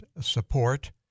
support